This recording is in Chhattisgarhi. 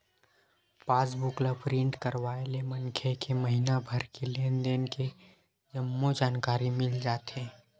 पास बुक ल प्रिंट करवाय ले मनखे के महिना भर के लेन देन के जम्मो जानकारी मिल जाथे